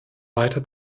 weiter